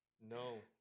No